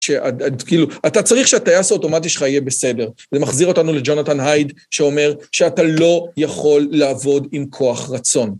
שכאילו, אתה צריך שהטייס אוטומטי שלך יהיה בסדר. זה מחזיר אותנו לג'ונתן הייד, שאומר שאתה לא יכול לעבוד עם כוח רצון.